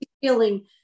Feeling